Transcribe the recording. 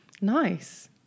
nice